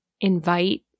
invite